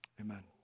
amen